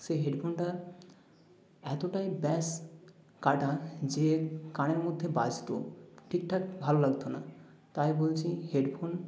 সেই হেডফোনটার এতটাই ব্যাস কাটা যে কানের মধ্যে বাজতো ঠিক ঠাক ভালো লাগতো না তাই বলছি হেডফোন